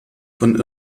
von